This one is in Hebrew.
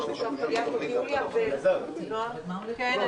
חברי הכנסת, אני